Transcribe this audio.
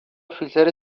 فیلتر